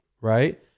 right